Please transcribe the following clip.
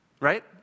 Right